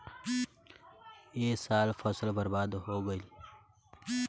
ए साल फसल बर्बाद हो गइल